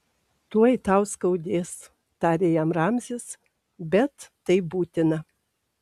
tuoj tau skaudės tarė jam ramzis bet tai būtina